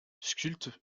sculpte